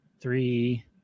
three